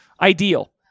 ideal